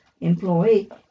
employee